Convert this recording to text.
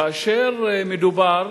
כאשר מדובר